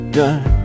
done